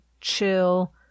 chill